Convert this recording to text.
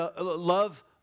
love